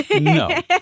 No